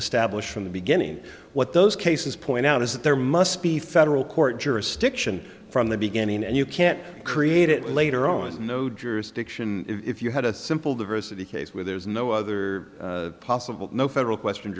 established from the beginning what those cases point out is that there must be federal court jurisdiction from the beginning and you can't create it later on as no jurisdiction if you had a simple diversity case where there's no other possible no federal question